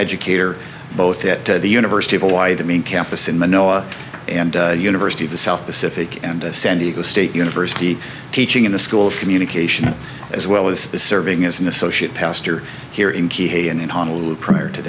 educator both at the university of hawaii the main campus in manila and university of the south pacific and san diego state university teaching in the school of communication as well as serving as an associate pastor here in ky and in honolulu prior to